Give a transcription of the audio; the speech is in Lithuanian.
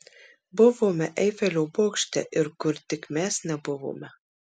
buvome eifelio bokšte ir kur tik mes nebuvome